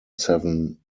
seven